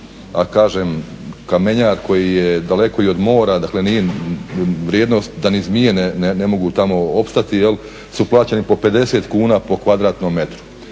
kažem kamenjar koji je daleko i od mora, dakle nije vrijednost da ni zmije ne mogu tamo opstati, su plaćeni po 50kn po kvadratnom metru.